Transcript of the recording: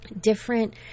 Different